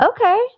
Okay